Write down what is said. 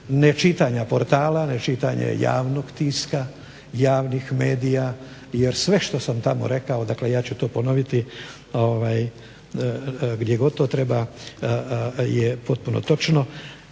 nečitanja portala, nečitanja javnog tiska, javnih medija jer sve što sam tamo rekao dakle ja ću to ponoviti gdje god to treba, je potpuno točno.